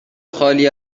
خالی